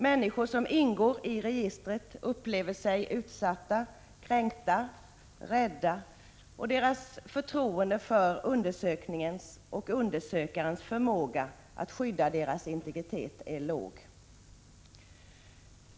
Människor som ingår i registret känner sig utsatta, kränkta och rädda. Deras förtroende för undersökningens och undersökarnas förmåga att skydda deras integritet är lågt.